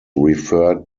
referred